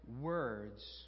words